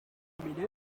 n’imirire